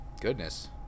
Goodness